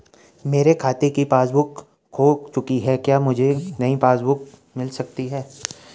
मेरे खाते की पासबुक बुक खो चुकी है क्या मुझे नयी पासबुक बुक मिल सकती है?